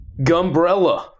Gumbrella